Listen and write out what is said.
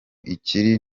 ikiri